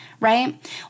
Right